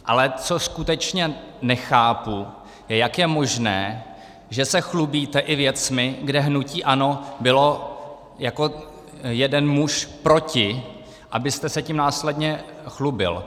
Ale co skutečně nechápu, jak je možné, že se chlubíte i věcmi, kde hnutí ANO bylo jako jeden muž proti, abyste se tím následně chlubil.